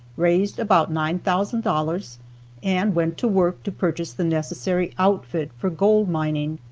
raised about nine thousand dollars and went to work to purchase the necessary outfit for gold mining.